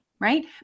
Right